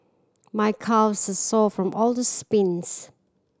my calves sore from all the sprints